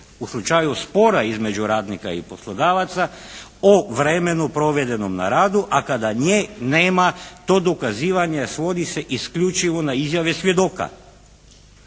u slučaju spora između radnika i poslodavaca o vremenu provedenom na radu. A kada nje nema to dokazivanje svodi se isključivo na izjave svjedoka.